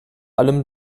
allem